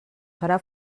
farà